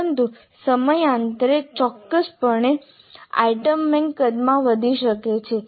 પરંતુ સમયાંતરે ચોક્કસપણે આઇટમ બેંક કદમાં વધી શકે છે